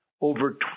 over